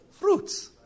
fruits